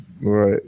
Right